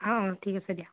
অ' অ' ঠিক আছে দিয়া